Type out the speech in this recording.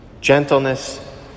gentleness